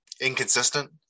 inconsistent